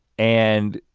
and,